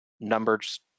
numbers